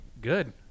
good